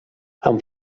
amb